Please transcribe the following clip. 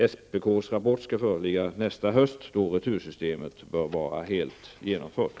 SPKs rapport skall föreligga nästa höst, då retursystemet bör vara helt genomfört.